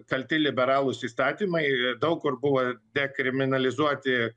kalti liberalūs įstatymai daug kur buvo dekriminalizuoti